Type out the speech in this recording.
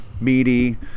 meaty